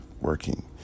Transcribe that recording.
working